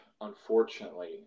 unfortunately